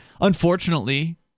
Unfortunately